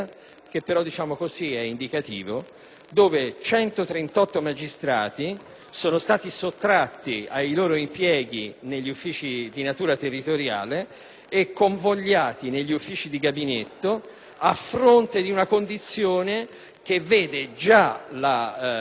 della giustizia, dove 138 magistrati sono stati sottratti ai loro impieghi negli uffici di natura territoriale e convogliati negli Uffici di gabinetto, a fronte di una condizione che vede già il